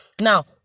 Now